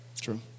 True